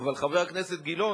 אבל, חבר הכנסת גילאון,